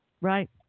Right